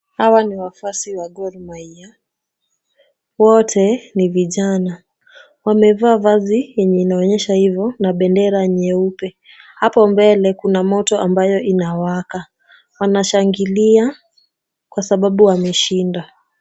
Hawa ni wafuasi wa Gor Mahia. Wote ni vijana, wamevaa vazi yenye inaonyesha hivyo na bendera nyeupe. Hapo mbele kuna moto ambayo inawaka. Wanashangilia kwa sababu wameshinda.